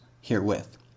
herewith